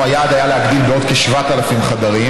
היעד היה להגדיל בעוד כ-7,000 חדרים.